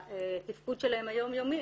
בתפקוד היום יומי שלהן,